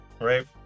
right